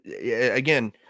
Again